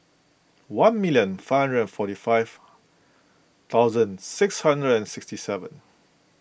one million five hundred and forty five thousand six hundred and sixty seven